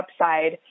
upside